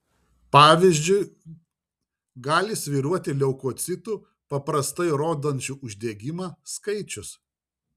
pavyzdžiui gali svyruoti leukocitų paprastai rodančių uždegimą skaičius